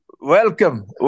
welcome